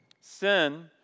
Sin